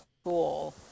school